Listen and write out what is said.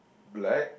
black